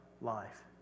life